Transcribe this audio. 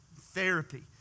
therapy